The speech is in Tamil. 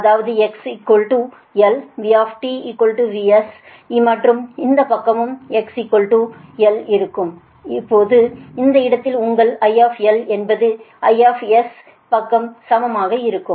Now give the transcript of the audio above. அதாவது x l V VS மற்றும் இந்தப் பக்கமும் x l இருக்கும் போது இந்த இடத்தில் உங்கள் I என்பது ISக்கு சமமாக இருக்கும்